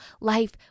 life